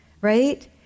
right